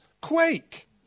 quake